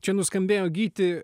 čia nuskambėjo gyti